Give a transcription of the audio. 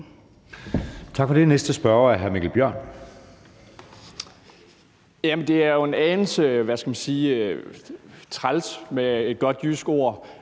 Tak for det. Næste spørger er hr. Mikkel Bjørn. Kl. 12:14 Mikkel Bjørn (DF): Det er jo en anelse – hvad skal man sige – træls med et godt jysk ord